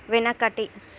వెనకటి